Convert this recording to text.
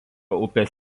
upės